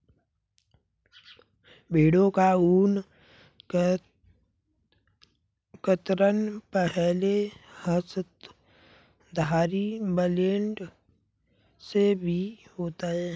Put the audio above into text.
भेड़ों का ऊन कतरन पहले हस्तधारी ब्लेड से भी होता है